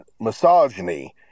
misogyny